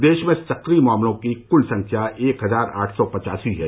प्रदेश में सक्रिय मामलों की कुल संख्या एक हजार आठ सौ पचासी है